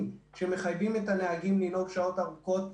שמחייבים את הנהגים לנהוג שעות ארוכות,